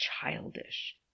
childish